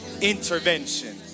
intervention